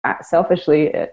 selfishly